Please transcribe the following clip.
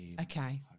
Okay